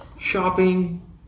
shopping